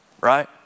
right